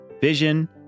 vision